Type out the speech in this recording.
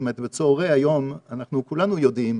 בצהרי היום אנחנו כולנו יודעים,